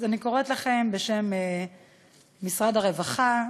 אז אני קוראת לכם, בשם משרד הרווחה,